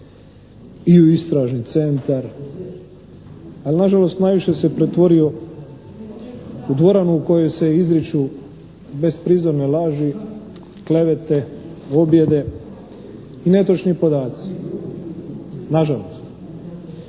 i u istražni centar, ali nažalost najviše se pretvorio u dvoranu u kojoj se izriču bezprizorne laži, klevete, objede i netočni podaci, nažalost.